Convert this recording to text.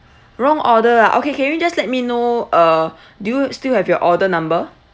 wrong order ah okay can you just let me know uh do you still have your order number